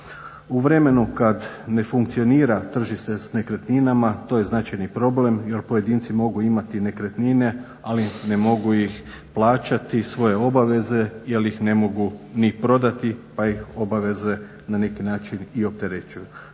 U vremenu kada ne funkcionira tržišta s nekretninama, to je značajni problem jer pojedinci mogu imati nekretnine ali ne mogu ih plaćati, svoje obaveze jer ih ne mogu ni prodati pa ih obaveze na neki način i opterećuju.